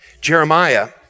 Jeremiah